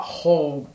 whole